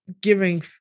giving